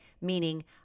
meaning